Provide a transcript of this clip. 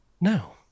No